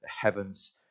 heavens